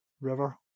river